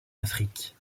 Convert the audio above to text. afrique